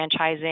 franchising